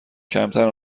کمتر